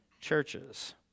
churches